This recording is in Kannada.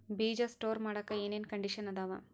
ಬೇಜ ಸ್ಟೋರ್ ಮಾಡಾಕ್ ಏನೇನ್ ಕಂಡಿಷನ್ ಅದಾವ?